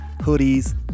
hoodies